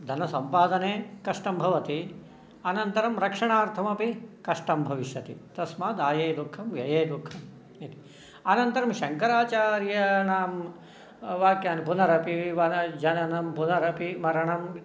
धनसम्पादने कष्टं भवति अनन्तरं रक्षणार्थमपि कष्टं भविष्यति तस्मात् आये दुःखं व्यये दुःखं इति अनन्तरं शङ्कराचार्याणां वाक्यान् पुनरपि जननं पुनरपि मरणं